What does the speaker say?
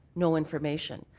no information.